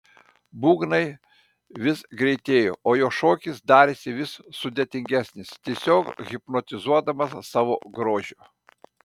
būgnai vis greitėjo o jo šokis darėsi vis sudėtingesnis tiesiog hipnotizuodamas savo grožiu